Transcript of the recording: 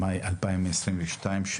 במאי 2022,